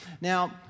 Now